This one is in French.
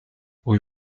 rue